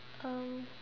um